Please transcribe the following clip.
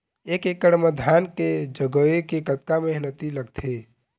एक एकड़ म धान के जगोए के कतका मेहनती लगथे?